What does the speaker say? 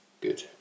good